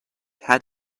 had